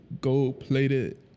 gold-plated